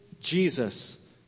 Jesus